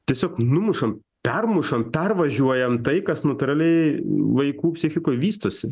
tiesiog numušam permušam pervažiuojam tai kas natūraliai vaikų psichikoj vystosi